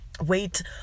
Wait